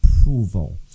approval